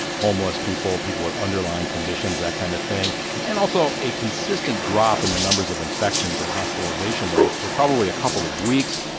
homeless people, people with underlying conditions, that kind of thing and also, a consistent consistent drop in the numbers of infections and hospitalization rates for, probably, a couple of weeks.